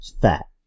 fat